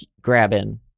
grabbing